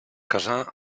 casà